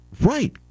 Right